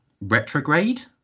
retrograde